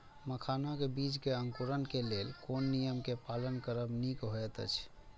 मखानक बीज़ क अंकुरन क लेल कोन नियम क पालन करब निक होयत अछि?